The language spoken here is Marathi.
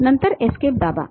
नंतर Escape दाबा